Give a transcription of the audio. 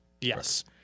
Yes